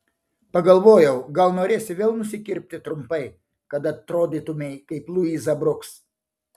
pagalvojau gal norėsi vėl nusikirpti trumpai kad atrodytumei kaip luiza bruks